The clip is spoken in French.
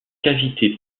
cavité